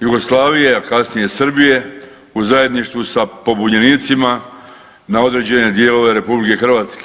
Jugoslavije, a kasnije Srbije u zajedništvu sa pobunjenicima na određene dijelove RH.